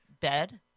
bed